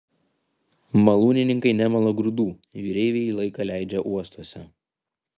malūnininkai nemala grūdų jūreiviai laiką leidžia uostuose